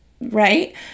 right